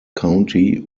county